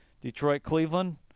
Detroit-Cleveland